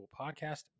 Podcast